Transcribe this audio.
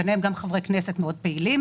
וגם חברי כנסת מאוד פעילים